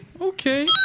okay